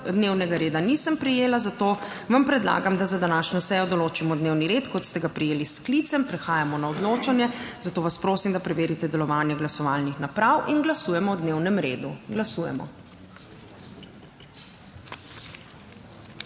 dnevnega reda nisem prejela, zato vam predlagam, da za današnjo sejo določimo dnevni red, kot ste ga prejeli s sklicem. Prehajamo na odločanje, zato vas prosim, da preverite delovanje glasovalnih naprav in glasujemo o dnevnem redu. Glasujemo.